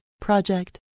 project